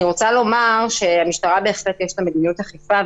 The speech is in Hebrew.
אני רוצה לומר שלמשטרה בהחלט יש מדיניות אכיפה,